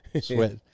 sweat